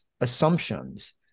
assumptions